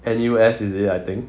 N_U_S is it I think